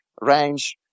range